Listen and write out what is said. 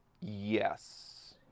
Yes